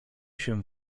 się